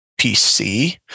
PC